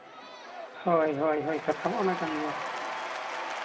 ᱦᱳᱭ ᱦᱳᱭ ᱠᱟᱛᱷᱟ ᱢᱟ ᱚᱱᱟ ᱠᱟᱱ ᱜᱮᱭᱟ